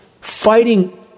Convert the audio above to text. fighting